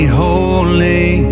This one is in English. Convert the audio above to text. holy